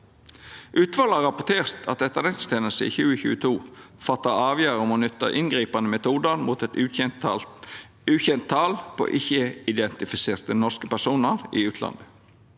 Utvalet har rapportert at Etterretningstenesta i 2022 fatta avgjerd om å nytta inngripande metodar mot eit ukjent tal på ikkje-identifiserte norske personar i utlandet.